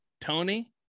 Tony